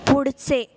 पुढचे